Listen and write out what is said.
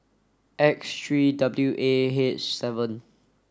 X three W A H seven